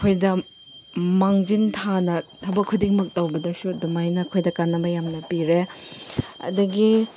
ꯑꯩꯈꯣꯏꯗ ꯃꯥꯡꯖꯤꯟ ꯊꯥꯅ ꯊꯕꯛ ꯈꯨꯗꯤꯡꯃꯛ ꯇꯧꯕꯗꯁꯨ ꯑꯗꯨꯃꯥꯏꯅ ꯑꯩꯈꯣꯏꯗ ꯀꯥꯟꯅꯕ ꯌꯥꯝꯅ ꯄꯤꯔꯦ ꯑꯗꯨꯒꯤ